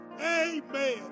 Amen